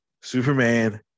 Superman